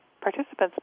participants